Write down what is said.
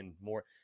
more